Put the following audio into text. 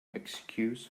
excuse